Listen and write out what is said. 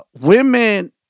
women